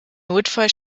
notfall